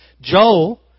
Joel